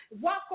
Walk